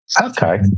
Okay